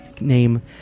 name